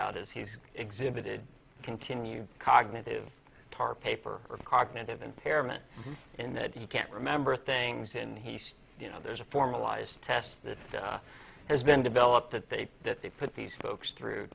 out as he's exhibited continue cognitive tarpaper cognitive impairment in that he can't remember things and he says you know there's a formalized test that has been developed that they that they put these folks through